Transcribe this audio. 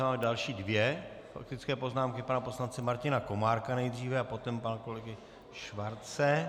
A mám další dvě faktické poznámky pana poslance Martina Komárka nejdříve a potom pana kolegy Schwarze.